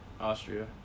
Austria